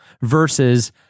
versus